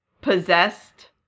possessed